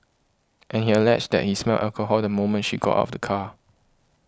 and he alleged that he smelled alcohol the moment she got out of the car